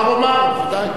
מחר אומר, ודאי.